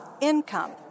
income